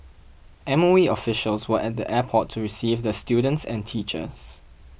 M O E officials were at the airport to receive the students and teachers